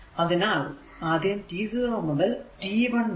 അതിനാൽ ആദ്യം t 0 മുതൽ t 1 വരെ